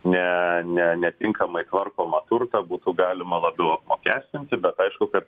ne ne netinkamai tvarkomą turtą būtų galima labiau apmokestinti bet aišku kad